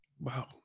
Wow